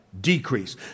decrease